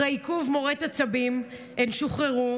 אחרי עיכוב מורט עצבים הן שוחררו,